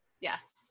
Yes